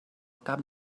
cap